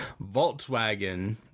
Volkswagen